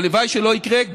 הלוואי שלא יקרה,